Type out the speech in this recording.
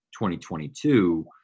2022